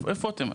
איפה הם?